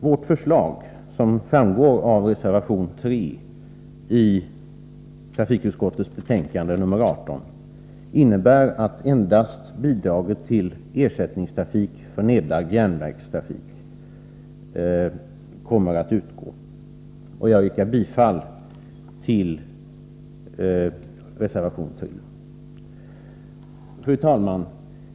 Vårt förslag, som framgår av reservation 3 i trafikutskottets betänkande 18, innebär att endast bidraget till ersättningstrafik för nedlagd järnvägstrafik kommer att utgå. Jag yrkar bifall till reservation 3. Fru talman!